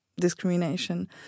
discrimination